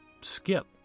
skip